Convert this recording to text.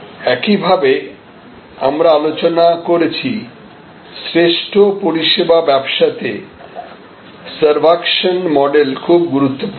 একইভাবে আমরা আলোচনা করেছি শ্রেষ্ঠ পরিষেবা ব্যবসাতে সেরভাকশন মডেল খুব গুরুত্বপূর্ণ